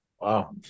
Wow